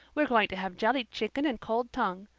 we're going to have jellied chicken and cold tongue.